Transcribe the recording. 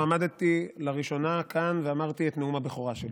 עמדתי לראשונה כאן ואמרתי את נאום הבכורה שלי,